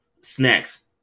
snacks